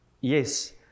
yes